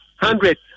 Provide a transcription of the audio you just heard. hundred